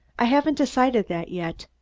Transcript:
i haven't decided that yet.